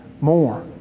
more